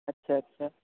اچھا اچھا